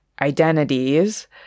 identities